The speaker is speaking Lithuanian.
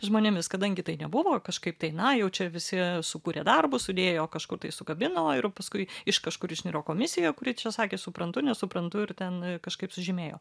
žmonėmis kadangi tai nebuvo kažkaip tai na jau čia visi sukūrė darbus sudėjo kažkur tai sukabino ir paskui iš kažkur išniro komisija kuri čia sakė suprantu nesuprantu ir ten kažkaip sužymėjo